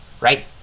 right